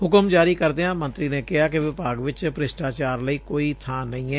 ਹੁਕਮ ਜਾਰੀ ਕਰਦਿਆਂ ਮੰਤਰੀ ਨੇ ਕਿਹਾ ਕਿ ਵਿਭਾਗ ਵਿੱਚ ਭ੍ਰਿਸ਼ਟਾਚਾਰ ਲਈ ਕੋਈ ਬਾਂ ਨਹੀ ਏ